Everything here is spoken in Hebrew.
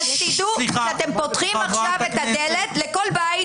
תדעו שאתם פותחים עכשיו את הדלת לכל בית